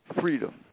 freedom